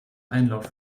einlauf